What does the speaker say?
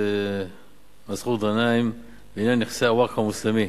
מסעוד גנאים בעניין נכסי הווקף המוסלמי.